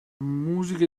musiche